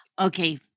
Okay